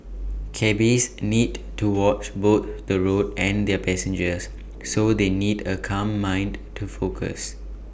cabbies need to watch both the road and their passengers so they need A calm mind to focus